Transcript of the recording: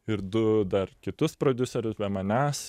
ir du dar kitus prodiuserius be manęs